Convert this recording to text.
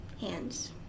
hands